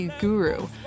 guru